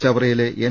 ചവറ യിലെ എൻ